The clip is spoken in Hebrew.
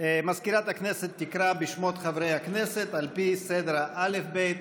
מזכירת הכנסת תקרא בשמות חברי הכנסת על פי סדר האל"ף-בי"ת.